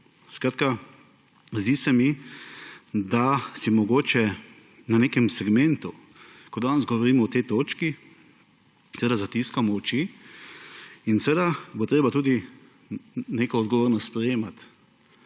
Skratka, zdi se mi, da si mogoče na nekem segmentu, ko danes govorimo o tej točki, zatiskamo oči in seveda bo treba neko odgovornost sprejemati.